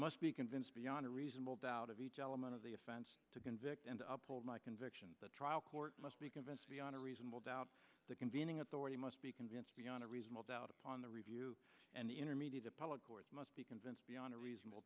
must be convinced beyond a reasonable doubt of each element of the offense to convict and pulled my conviction the trial court must be convinced beyond a reasonable doubt the convening authority must be convinced beyond a reasonable doubt upon the review and the intermediate appellate court must be convinced beyond a reasonable